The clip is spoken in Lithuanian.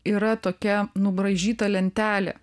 yra tokia nubraižyta lentelė